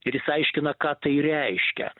ir jis aiškina ką tai reiškia